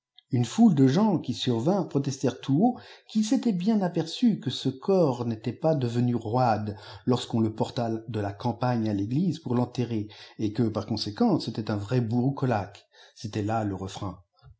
une ipule de gens qui survinrent protestèrent tout haut qu'ils sejsiçnt bieii aperçus que ce corps n était pas devenu roide lorsîjuon ie porta de la campagne à l'église pour tenterrer et que i conséquent c'était un vrai broucolaque c'était là le refrain